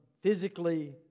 physically